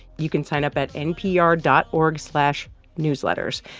you can sign up at npr dot org slash newsletters.